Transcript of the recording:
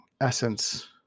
essence